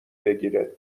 بگیره